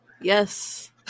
Yes